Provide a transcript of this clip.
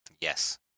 Yes